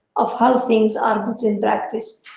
of how things are put in practice.